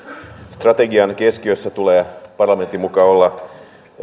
strategian keskiössä tulee parlamentin mukaan olla